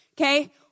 okay